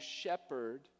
shepherd